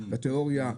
התיאוריה,